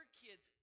kids